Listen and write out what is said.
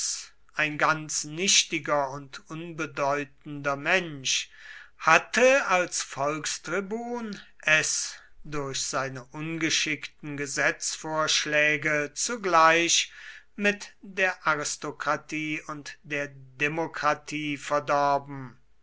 ein ganz nichtiger und unbedeutender mensch hatte als volkstribun es durch seine ungeschickten gesetzvorschläge zugleich mit der aristokratie und der demokratie verdorben